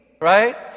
Right